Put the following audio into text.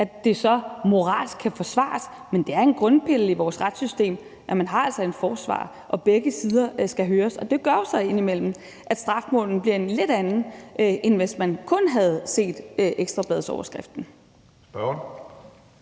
at det så moralsk kan forsvares. Men det er en grundpille i vores retssystem, at man altså har en forsvarer. Begge sider skal høres, og det gør jo så indimellem, at strafudmålingen bliver en lidt anden, end hvis man kun havde set ekstrabladsoverskriften. Kl.